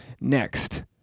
next